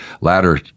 latter